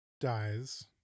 dies